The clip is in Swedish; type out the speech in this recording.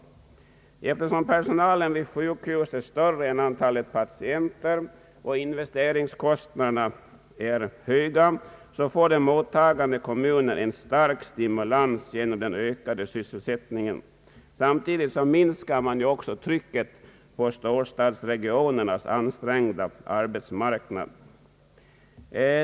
Eftersom personalen vid sjukhus är större än antalet patienter och investeringskostnaderna är höga, så får den mottagande kommunen en stark stimulans genom den ökade sysselsättningen. Samtidigt minskar man trycket på storstadsregionernas ansträngda arbetsmarknad.